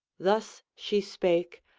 thus she spake,